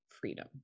freedom